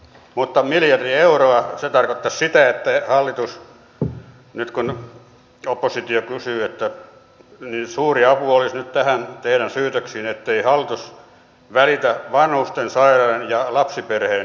mutta miljardi euroa se tarkottaisi sitä että hallitukselle nyt kun oppositio kysyy se olisi suuri apu nyt näihin teidän syytöksiinne ettei hallitus välitä vanhusten sairaiden ja lapsiperheiden arjesta